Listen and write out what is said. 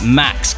max